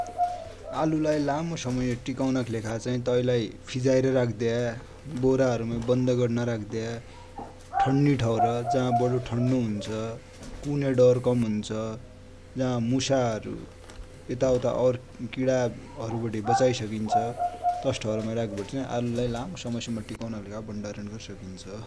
आलु लाइ लामो समय सम्म टीकौनाकि लेखाचाइ तैलाइ फिजाएर रख्दया, बोरा हरुमाइ बन्द गर्बटी नरख्दया, ठन्नि ठउर जा बडी ठन्नि हुन्छ, कुने डर कम हुन्छ, जा मुसा हरु यता उता किरा हरु बठे बचाइसकिन्छ, तसि ठौर माइ राख्बटि चाइ आलु लाइ लामो समय सम्म टिकौनाकि लेखा भण्डारण गर सकिन्छ ।